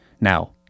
Now